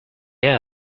air